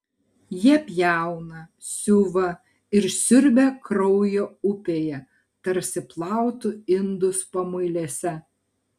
jie pjauna siuva ir siurbia kraujo upėje tarsi plautų indus pamuilėse